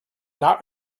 not